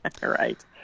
Right